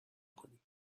کنیم